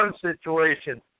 situation